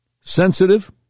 sensitive